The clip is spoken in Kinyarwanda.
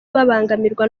babangamirwa